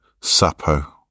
Sapo